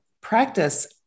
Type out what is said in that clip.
practice